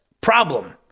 problem